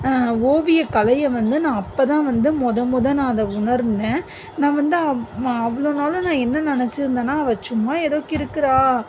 ஓவியக்கலையை வந்து நான் அப்போ தான் வந்து மொதல் மொதல் நான் அதை உணர்ந்தேன் நான் வந்து அவ் அவ்வளோ நாளும் நான் என்ன நினச்சிருந்தேனா அவள் சும்மா ஏதோ கிறுக்கிறா